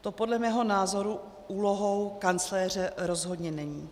To podle mého názoru úlohou kancléře rozhodně není.